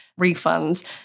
refunds